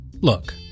Look